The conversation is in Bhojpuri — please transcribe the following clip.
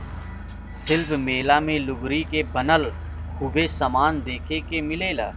शिल्प मेला मे लुगरी के बनल खूबे समान देखे के मिलेला